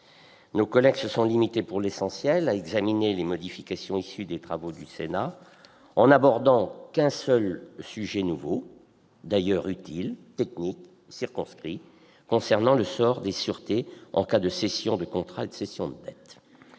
Ils se sont limités, pour l'essentiel, à examiner les modifications issues des travaux du Sénat, en n'abordant qu'un seul sujet nouveau- au demeurant utile, technique et circonscrit -, qui concernait le sort des sûretés en cas de cession de contrat et de cession de dette.